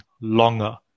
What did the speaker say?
longer